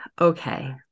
Okay